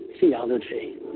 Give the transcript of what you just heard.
theology